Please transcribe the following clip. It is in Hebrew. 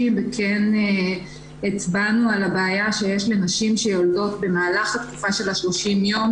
וכן הצבענו על הבעיה שיש לנשים שיולדות במהלך התקופה של ה-30 יום